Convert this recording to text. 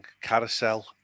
carousel